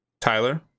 Tyler